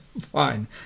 Fine